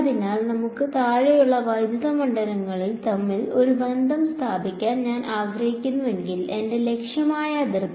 അതിനാൽ മുകളിലും താഴെയുമുള്ള വൈദ്യുത മണ്ഡലങ്ങൾ തമ്മിൽ ഒരു ബന്ധം സ്ഥാപിക്കാൻ ഞാൻ ആഗ്രഹിക്കുന്നുവെങ്കിൽ എന്റെ ലക്ഷ്യമായ അതിർത്തി